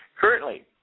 Currently